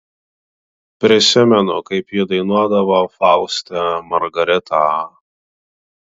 prisimenu kaip ji dainuodavo fauste margaritą